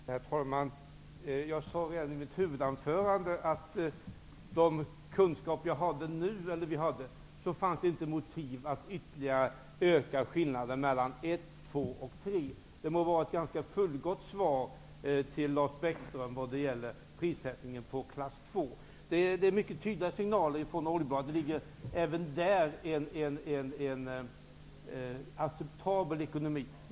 Herr talman! Jag sade redan i mitt huvudanförande, att med de kunskaper som vi nu har, finns det inte motiv för att ytterligare öka skillnaderna mellan klass 1,2 och 3. Det må vara ett ganska fullgott svar till Lars Bäckström vad gäller beskattningen i klass 2. Det kommer mycket tydliga signaler från oljebolagen att de har en acceptabel ekonomi.